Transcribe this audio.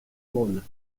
bonnes